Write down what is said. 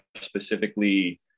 specifically